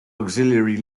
auxiliary